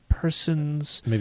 person's